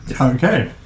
Okay